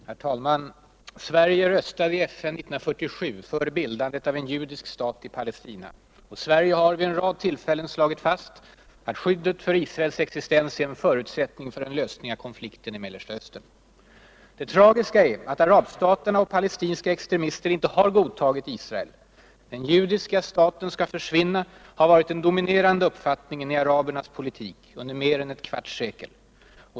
Herr talman! Sverige röstade i FN 1947 för bildandet av en judisk stat i Palestina. Sverige har vid en rad tillfällen slagit fast att skyddet för Israels existens är en förutsättning för en lösning av konflikten i Mellersta Östern. Det tragiska är att arabstaterna och palestinska extremister inte godtagit Israel som statsbildning. Den judiska staten skall försvinna, har varit den dominerande uppfattningen i arabernas politik under mer än ett kvarts sekel.